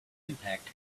impact